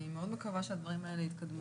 או מעל 2% שחוזרים מאותה מדינה חיוביים.